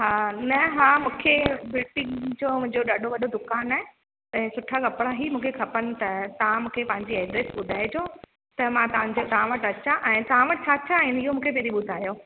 हा न हा मूंखे बुटिक जो मुंहिंजो ॾाढो वॾो दुकानु आहे ऐं सुठा कपिड़ा ई मुखे खपनि त तव्हां मूंखे पंहिंजी एड्रेस ॿुधाएजो त मां तव्हांजे तव्हां वटि अचां ऐं तव्हां वटि छा छा आहिनि इहो मूंखे पहिरीं ॿुधायो